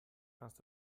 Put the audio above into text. kannst